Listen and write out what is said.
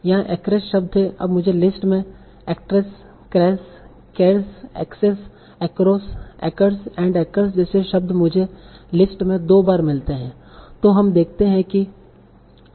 यहाँ acress शब्द है अब मुझे लिस्ट में actress cress caress access across acres and acres जैसे शब्द मुझे लिस्ट में दो बार मिलते हैं तो हम देखते है